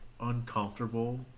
uncomfortable